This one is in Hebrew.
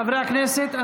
חברי הכנסת,